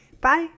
Bye